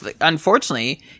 Unfortunately